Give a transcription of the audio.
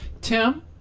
Tim